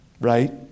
right